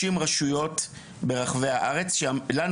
רשויות ברחבי הארץ ואנחנו יודעים לומר בדיוק היכן הם נמצאים.